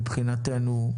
מבחינתנו,